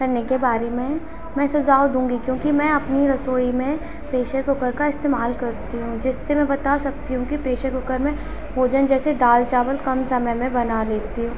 करने के बारे में मैं सुझाव दूंगी क्योंकि मैं अपनी रसोई में प्रेशर कुकर का इस्तेमाल करती हूँ जिससे मैं बता सकती हूँ कि प्रेशर कुकर में भोजन जैसे दाल चावल कम समय में बना लेती हूँ